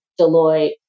Deloitte